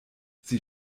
sie